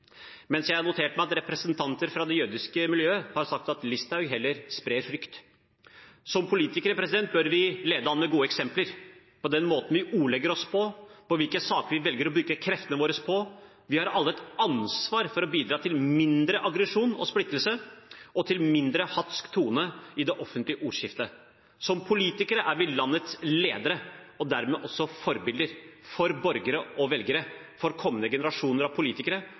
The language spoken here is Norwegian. jeg noterer meg at representanter fra det jødiske miljøet har sagt at Listhaug heller sprer frykt. Som politikere bør vi lede an med gode eksempler – på den måten vi ordlegger oss på, på hvilke saker vi velger å bruke kreftene våre på. Vi har alle et ansvar for å bidra til mindre aggresjon og splittelse og til en mindre hatsk tone i det offentlige ordskiftet. Som politikere er vi landets ledere og dermed også forbilder for borgere og velgere, for kommende generasjoner av politikere,